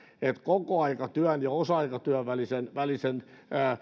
että kokoaikatyön ja osa aikatyön välisen